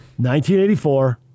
1984